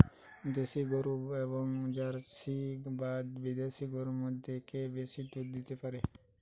দেশী গরু এবং জার্সি বা বিদেশি গরু মধ্যে কে বেশি দুধ দিতে পারে?